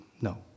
no